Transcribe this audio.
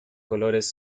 colores